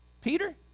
Peter